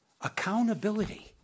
Accountability